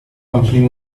company